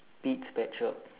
Pete's pet shop